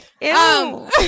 Ew